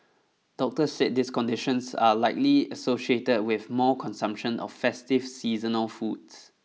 doctors said these conditions are likely associated with more consumption of festive seasonal foods